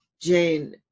Jane